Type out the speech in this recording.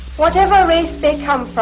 whatever race they come from,